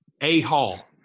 A-Hall